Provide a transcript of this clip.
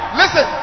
listen